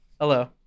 Hello